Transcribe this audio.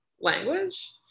language